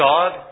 God